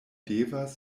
devas